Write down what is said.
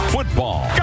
Football